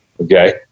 Okay